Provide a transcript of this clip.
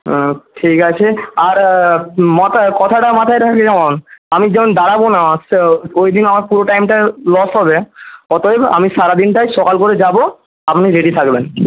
হুম ঠিক আছে আর কথাটা মাথায় থাকে যেমন আমি যেমন দাঁড়াবোনা ওইদিন আমার পুরো টাইমটা লস হবে অতএব আমি সারাদিনটাই সকাল করে যাব আপনি রেডি থাকবেন